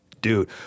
Dude